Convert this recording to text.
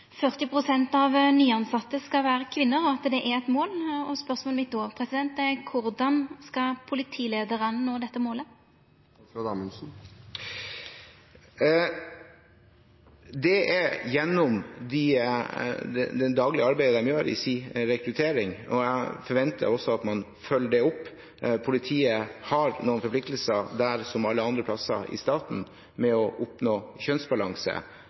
det er eit mål. Spørsmålet mitt er då: Korleis skal politileiarane nå dette målet? Det er gjennom det daglige arbeidet de gjør, i sin rekruttering. Jeg forventer at man følger det opp. Politiet har noen forpliktelser der, som alle andre plasser i staten, med å oppnå kjønnsbalanse.